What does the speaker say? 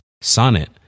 Sonnet